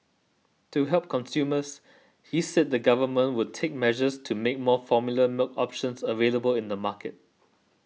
to help consumers he said the government would take measures to make more formula milk options available in the market